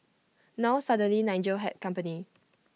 now suddenly Nigel had company